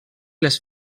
les